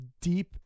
deep